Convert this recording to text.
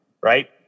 Right